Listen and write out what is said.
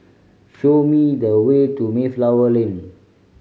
show me the way to Mayflower Lane